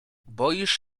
boisz